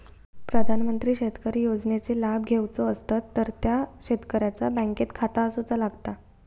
प्रधानमंत्री शेतकरी योजनेचे लाभ घेवचो असतात तर त्या शेतकऱ्याचा बँकेत खाता असूचा लागता